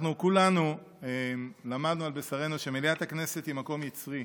כולנו למדנו על בשרנו שמליאת הכנסת היא מקום יצרי,